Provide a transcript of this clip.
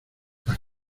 las